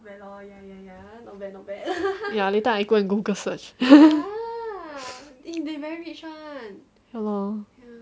ya later I go and Google search they very rich lor hello